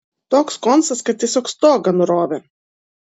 toks koncas kad tiesiog stogą nurovė